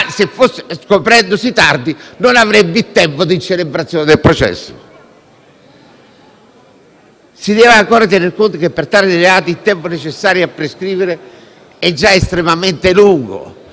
perché, scoprendosi tardi, non ci sarebbe il tempo per la celebrazione del processo. Si deve, ancora, tener conto che per tali reati il tempo necessario a prescrivere è già estremamente lungo.